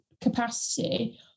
capacity